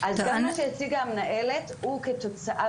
אז גם מה שהציגה המנהלת הוא כתוצאה